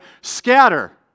scatter